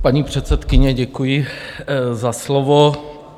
Paní předsedkyně, děkuji za slovo.